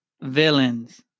villains